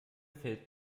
fällt